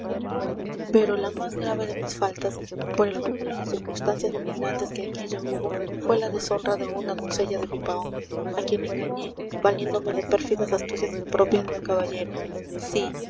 pero la más grave de mis faltas por el cúmulo de circunstancias denigrantes que en ella hubo fue la deshonra de una doncella de pipaón a quien engañé valiéndome de pérfidas astucias impropias de un caballero sí